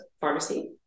Pharmacy